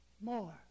more